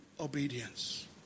obedience